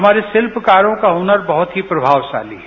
हमारे शिल्पकारों का हुनर बहुत ही प्रभावशाली है